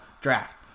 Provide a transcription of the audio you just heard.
draft